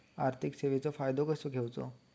आर्थिक सेवाचो फायदो कसो घेवचो?